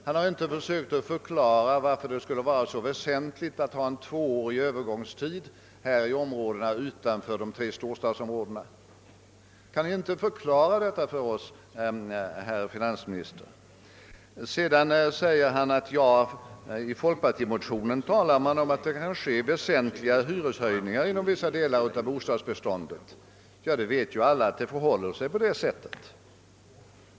Han har inte försökt att förklara varför det skulle vara så väsentligt att ha en tvåårig övergångstid i områdena utanför de tre storstadsregionerna. Kan Ni inte förklara detta för oss, herr finansminister? Finansministern säger att man i folkpartimotionen talar om att det kan företas väsentliga hyreshöjningar inom vissa delar av bostadsbeståndet. Ja, alla vet att det förhåller sig på det sättet.